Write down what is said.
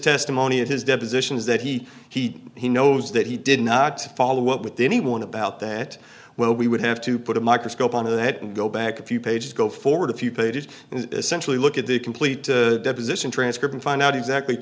testimony at his deposition is that he he he knows that he did not follow up with anyone about that well we would have to put a microscope on of that and go back a few pages go forward a few pages and essentially look at the complete to position transcript and find out exactly